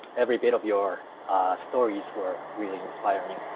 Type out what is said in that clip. every bit of your stories were really inspiring.